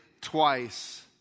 twice